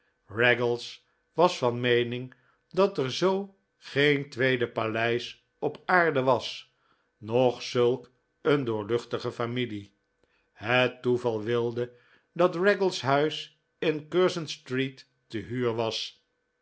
raggles was van meening dat er zoo geen tweede paleis op aarde was noch zulk een doorluchtige familie het toeval wilde dat raggles huis in curzon street te huur was